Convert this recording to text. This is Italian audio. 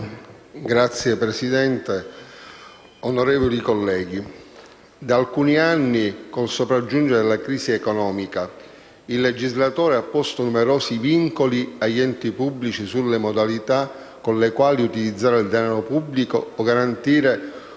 Signor Presidente, onorevoli colleghi, da alcuni anni, col sopraggiungere della crisi economica, il legislatore ha posto numerosi vincoli agli enti pubblici sulle modalità con le quali utilizzare il denaro pubblico o garantire un equilibrio